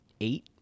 eight